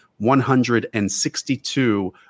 162